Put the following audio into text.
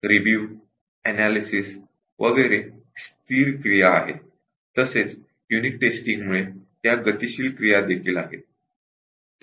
रेव्हिएवअनालयसिस वगैरे स्थिर क्रिया आहेत तसेच युनिट टेस्टिंगमुळे त्या गतिशील क्रियादेखील आहेत